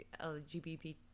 LGBT